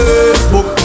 Facebook